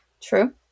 True